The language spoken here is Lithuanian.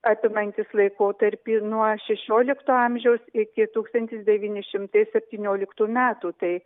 apimantis laikotarpį nuo šešiolikto amžiaus iki tūkstantis devyni šimtai septynioliktų metų tai